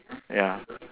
ya